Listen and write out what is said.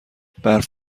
برف